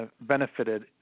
benefited